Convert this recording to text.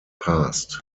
passed